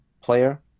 player